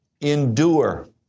endure